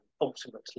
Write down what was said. ultimately